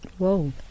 whoa